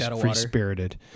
free-spirited